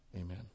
Amen